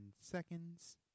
seconds